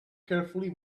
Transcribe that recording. carefully